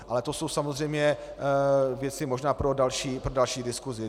Ale to jsou samozřejmě věci možná pro další diskusi.